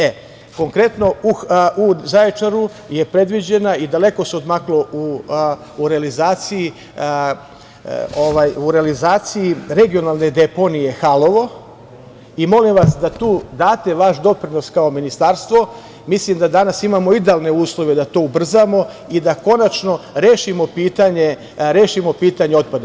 E, konkretno u Zaječaru je predviđena i daleko se odmaklo u realizaciji regionalne deponije „Halovo“ i molim vas da tu date vaš doprinos kao Ministarstvo, mislim da danas imamo idealne uslove da to ubrzamo i da konačno rešimo pitanje otpada.